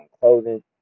clothing